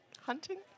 Hunting